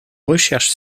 recherches